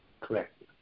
Correct